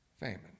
famine